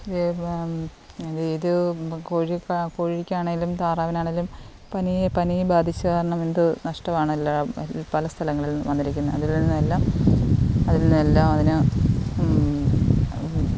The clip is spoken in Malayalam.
ഇത് കോഴിക്ക് കോഴിക്കാണെങ്കിലും താറാവിനാണെങ്കിലും പനി പനി ബാധിച്ചത് കാരണം ഇത് നഷ്ടമാണ് എല്ലാ പല സ്ഥലങ്ങളിൽ നിന്നും വന്നിരിക്കുന്നത് അതിൽ നിന്നെല്ലാം അതിൽ നിന്നെല്ലാം അതിനെ